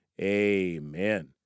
amen